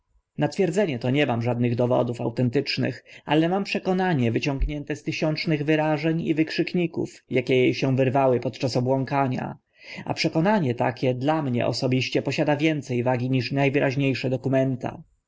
twierdzenie to nie mam żadnych dowodów autentycznych ale mam przekonanie wyciągnięte z tysiącznych wyrażeń i wykrzykników akie e się wyrywały podczas obłąkania a przekonanie takie dla mnie osobiście posiada więce wagi niż na wyraźnie sze dokumenta